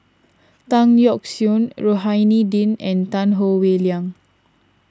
Tan Yeok Seong Rohani Din and Tan Howe Liang